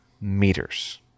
meters